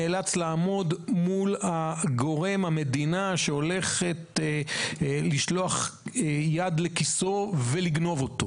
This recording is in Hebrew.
נאלץ לעמוד מול המדינה שהולכת לשלוח יד לכיסו ולגנוב אותו.